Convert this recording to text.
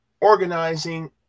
organizing